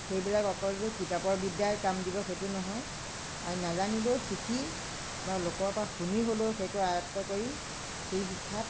সেইবিলাক অকল যে কিতাপৰ বিদ্যাই কাম দিব সেইটো নহয় আৰু নাজানিলেও শিকি বা লোকৰ পৰা শুনি হ'লেও সেইটো আয়ত্ত কৰি সেই শিক্ষাত